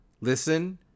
Listen